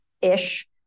ish